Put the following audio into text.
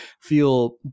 feel